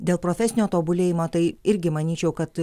dėl profesinio tobulėjimo tai irgi manyčiau kad